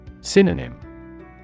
Synonym